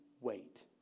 wait